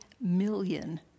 million